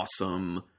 awesome